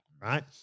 right